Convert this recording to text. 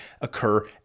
occur